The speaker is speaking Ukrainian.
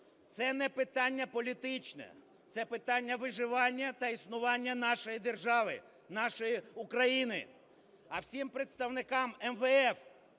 це не питання політичне, це питання виживання та існування нашої держави, нашої України. А всім представникам МВФ,